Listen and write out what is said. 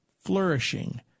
flourishing